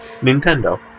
nintendo